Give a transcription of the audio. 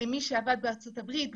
למי שעבד בארצות הברית,